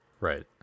Right